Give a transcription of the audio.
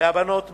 והבנות מעיין,